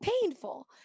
painful